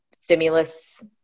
Stimulus